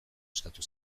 eskatu